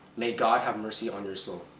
may god have mercy on your soul.